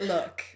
Look